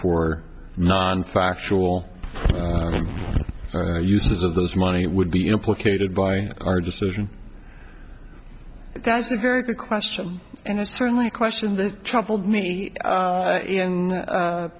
for non factual use of those money would be implicated by our decision that's a very good question and it's certainly a question that troubled me